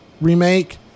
remake